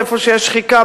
איפה שיש שחיקה,